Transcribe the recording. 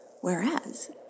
Whereas